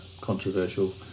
controversial